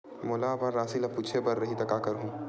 मोला अपन राशि ल पूछे बर रही त का करहूं?